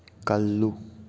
ꯀꯜꯂꯨ